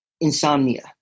insomnia